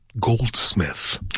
goldsmith